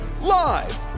live